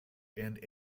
and